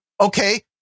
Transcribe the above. okay